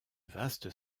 vaste